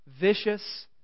vicious